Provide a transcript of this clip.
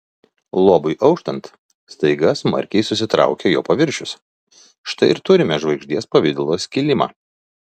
luobui auštant staiga smarkiai susitraukė jo paviršius štai ir turime žvaigždės pavidalo skilimą